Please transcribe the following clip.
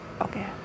okay